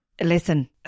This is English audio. Listen